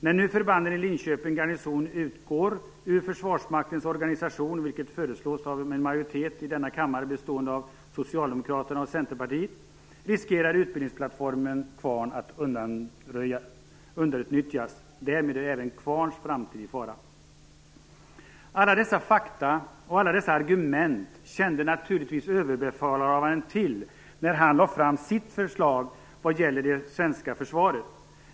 När nu förbanden i Linköping garnison utgår ur Försvarsmaktens organisation, vilket föreslås av en majoritet i denna kammare bestående av socialdemokrater och centerpartister, riskerar utbildningsplattformen Kvarn att underutnyttjas. Därmed är även Kvarns framtid i fara. Alla dessa fakta och alla dessa argument kände naturligtvis överbefälhavaren till när han lade fram sitt förslag vad gäller det svenska försvaret.